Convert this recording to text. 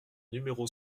numéro